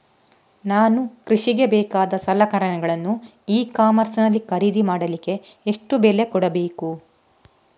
ನಾನು ಕೃಷಿಗೆ ಬೇಕಾದ ಸಲಕರಣೆಗಳನ್ನು ಇ ಕಾಮರ್ಸ್ ನಲ್ಲಿ ಖರೀದಿ ಮಾಡಲಿಕ್ಕೆ ಎಷ್ಟು ಬೆಲೆ ಕೊಡಬೇಕು?